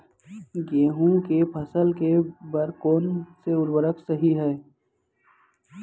गेहूँ के फसल के बर कोन से उर्वरक सही है?